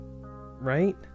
right